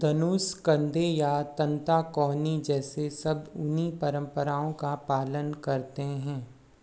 धनुष कंधे या तंता कोहनी जैसे शब्द उन्हीं परंपराओं का पालन करते हैं